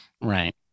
Right